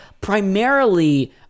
primarily